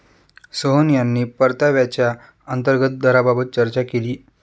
सोहन यांनी परताव्याच्या अंतर्गत दराबाबत चर्चा केली